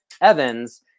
evans